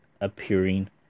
appearing